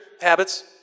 habits